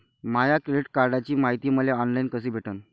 माया credit कार्डची मायती मले ऑनलाईन कसी भेटन?